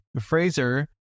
Fraser